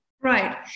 Right